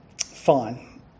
Fine